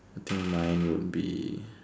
I think mine would be